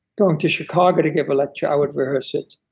going to chicago to give a lecture i would rehearse it,